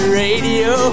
radio